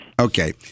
Okay